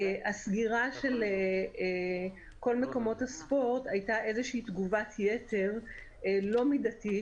סגירת כל מקומות הספורט הייתה איזושהי תגובת יתר לא מידתית,